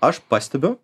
aš pastebiu